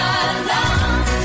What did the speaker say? alone